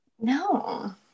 No